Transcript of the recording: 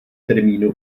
termínu